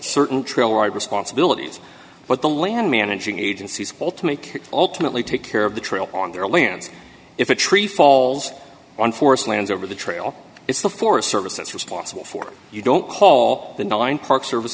certain trail ride responsibilities but the land managing agencies all to make ultimately take care of the trail on their lands if a tree falls on forest lands over the trail it's the forest service that's responsible for you don't call the nine parks service